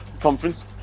conference